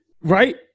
Right